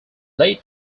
late